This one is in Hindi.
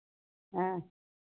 हाँ